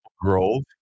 Grove